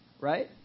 Right